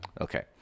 Okay